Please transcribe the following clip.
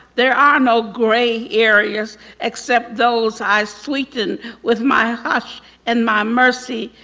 there are no gray areas except those i sweeten with my hush and my mercy.